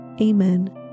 Amen